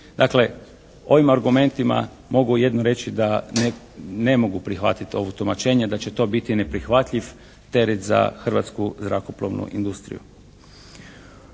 Dakle, ovim argumentima mogu jedino reći da ne mogu prihvatiti ovo tumačenje da će to biti neprihvatljiv teret za hrvatsku zrakoplovnu industriju.